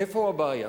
איפה הבעיה?